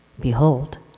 behold